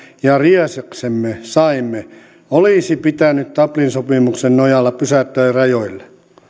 ja riesaksemme saimme olisi pitänyt dublin sopimuksen nojalla pysäyttää rajoille